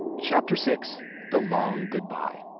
chapter six the long goodbye